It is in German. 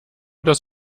das